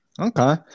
Okay